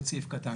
זה קיים?